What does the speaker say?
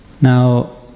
Now